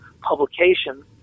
publication